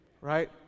right